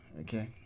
Okay